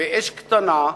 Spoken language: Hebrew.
באש קטנה,